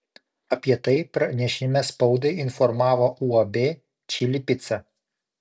apie tai pranešime spaudai informavo uab čili pica